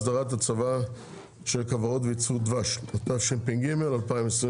הצבה של כוורות וייצור דבש, התשפ"ג-2023.